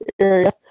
area